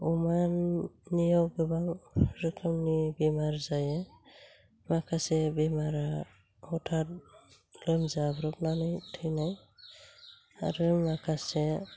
अमानियाव गोबां रोखोमनि बेमार जायो माखासे बेमारा हथाथ लोमजाब्रबनानै थैनाय आरो माखासे